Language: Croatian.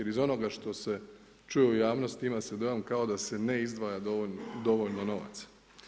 Iz onoga što se čuje u javnosti, ima se dojam kao da se ne izdvaja dovoljno novaca.